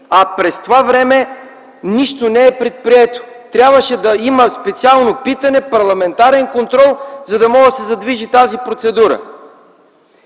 а през това време нищо не е предприето? Трябваше да има специално питане в парламентарния контрол, за да може да се задвижи тази процедура.